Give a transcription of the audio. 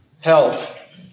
health